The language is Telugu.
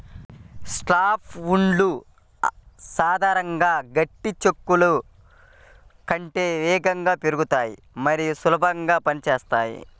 సాఫ్ట్ వుడ్లు సాధారణంగా గట్టి చెక్కల కంటే వేగంగా పెరుగుతాయి మరియు సులభంగా పని చేస్తాయి